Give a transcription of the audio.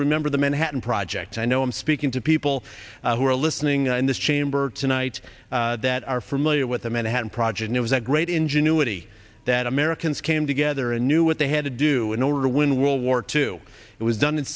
remember the manhattan project i know i'm speaking to people who are listening in this chamber tonight that are familiar with the manhattan project it was a great ingenuity that americans came together and knew what they had to do in order to win world war two it was done in